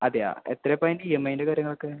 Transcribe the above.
അതെയോ എത്ര അപ്പോൾ ഇ എം ഐയിൻ്റെ കാര്യങ്ങളൊക്കെ